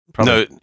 No